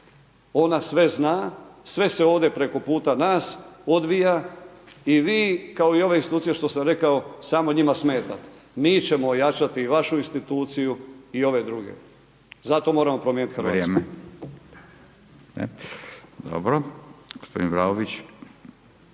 Ona sve zna, sve se ovdje preko puta nas odvija i vi, kao i ove institucije što sam rekao, samo njima smetate. Mi ćemo ojačati vašu instituciju i ove druge. Zato moramo promijeniti